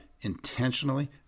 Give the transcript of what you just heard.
intentionally